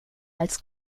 als